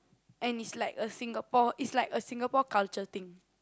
and it's like a Singapore it's like a Singapore culture thing